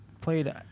played